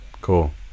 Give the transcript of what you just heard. Cool